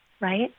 right